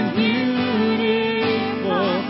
beautiful